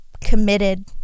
committed